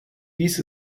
dies